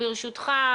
ברשותך,